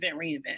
reinvent